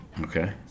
okay